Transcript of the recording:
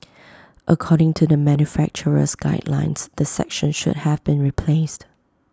according to the manufacturer's guidelines the section should have been replaced